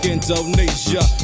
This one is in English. Indonesia